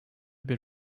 bir